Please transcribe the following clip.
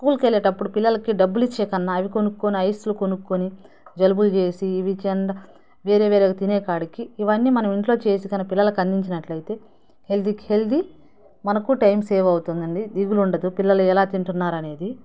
స్కూల్కు వెళ్ళేటప్పుడు పిల్లలకు డబ్బులు ఇచ్చేకన్నా అవి కొనుక్కొని ఐస్లు కొనుక్కొని జలుబులు చేసి ఇవి జెండ వేరే వేరే తినేకాడికి ఇవన్ని మనం ఇంట్లో చేసి కాని పిల్లలకు అందించినట్లయితే హెల్తీకి హెల్తీ మనకు టైం సేవ్ అవుతుందండి దిగులు ఉండదు పిల్లలు ఎలా తింటున్నారు అనేది